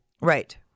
Right